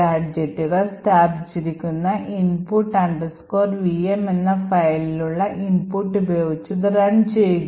ഗാഡ്ജെറ്റുകൾ സ്ഥാപിച്ചിരിക്കുന്ന input vm എന്ന ഫയലിലുളള ഇൻപുട്ട് ഉപയോഗിച്ച് ഇത് റൺ ചെയ്യുക